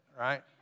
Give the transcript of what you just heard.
right